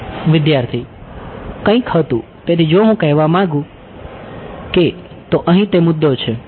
વિદ્યાર્થી તો અહીં તે મુદ્દો છે